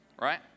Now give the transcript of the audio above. Right